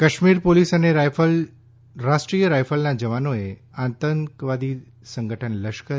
Kashmir police અને રાષ્ટ્રીય રાયફલના જવાનોએ આતંકવાદી સંગઠન લશ્કર એ